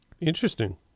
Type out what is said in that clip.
Interesting